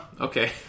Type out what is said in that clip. Okay